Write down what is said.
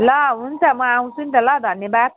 ल हुन्छ म आउँछु नि त ल धन्यवाद